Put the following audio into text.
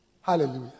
Hallelujah